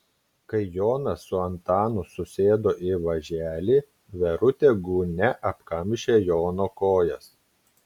kai jonas su antanu susėdo į važelį verutė gūnia apkamšė jono kojas